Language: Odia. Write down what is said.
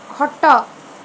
ଖଟ